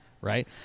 Right